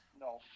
No